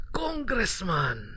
congressman